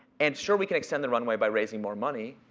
and sure, we can extend the runway by raising more money.